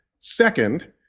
Second